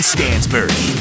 Stansberry